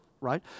right